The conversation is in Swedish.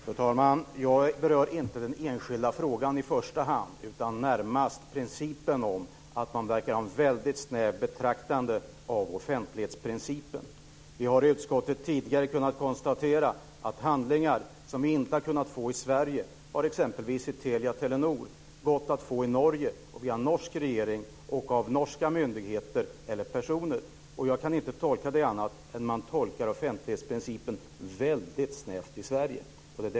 Fru talman! Jag berör inte i första hand den enskilda frågan utan närmast principen om att det verkar vara ett snävt betraktande av offentlighetsprincipen. Vi har tidigare i utskottet konstaterat att handlingar som vi inte har fått i Sverige i fråga om t.ex. Telia Telenor har gått att få av den norska regeringen och från norska myndigheter eller personer. Jag kan inte tolka det annat än att offentlighetsprincipen tolkas väldigt snävt i Sverige.